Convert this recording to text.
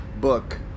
book